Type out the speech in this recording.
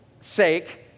sake